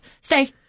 Stay